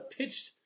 pitched